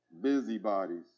Busybodies